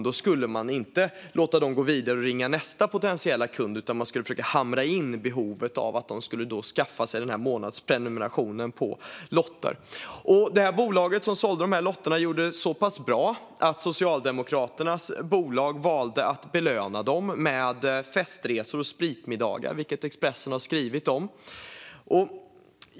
Säljarna släpper dem alltså inte och ringer vidare till nästa potentiella kund utan försöker hamra in behovet av att skaffa sig denna månadsprenumeration på lotter. Det bolag som sålde dessa lotter gjorde det så bra att Socialdemokraternas bolag valde att belöna säljarna med festresor och spritmiddagar, vilket Expressen har skrivit om. Herr talman!